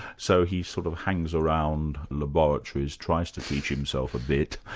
so he sort of hangs around laboratories, tries to teach himself a bit,